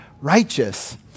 righteous